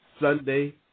Sunday